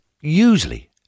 usually